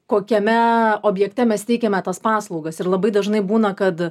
kokiame objekte mes teikiame tas paslaugas ir labai dažnai būna kad